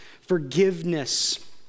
forgiveness